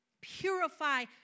Purify